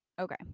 okay